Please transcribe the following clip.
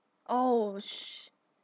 oh sh~